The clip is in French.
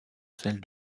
celles